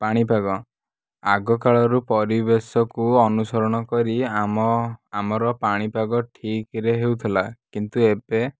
ପାଣିପାଗ ଆଗକାଳରୁ ପରିବେଶକୁ ଅନୁସରଣ କରି ଆମ ଆମର ପାଣିପାଗ ଠିକରେ ହେଉଥିଲା କିନ୍ତୁ ଏବେ